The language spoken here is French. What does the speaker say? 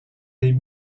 des